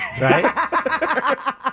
Right